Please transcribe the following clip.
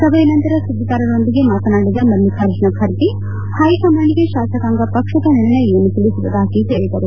ಸಭೆಯ ನಂತರ ಸುದ್ದಿಗಾರರೊಂದಿಗೆ ಮಾತನಾಡಿದ ಮಲ್ದಿಕಾರ್ಜುನ ಖರ್ಗೆ ಹೈಕಮಾಂಡ್ಗೆ ಶಾಸಕಾಂಗ ಪಕ್ಷದ ನಿರ್ಣಯವನ್ನು ತಿಳಿಸುವುದಾಗಿ ಹೇಳಿದರು